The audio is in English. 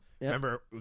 Remember